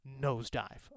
nosedive